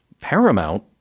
Paramount